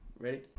Ready